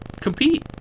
compete